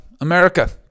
America